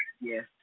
Yes